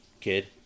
kid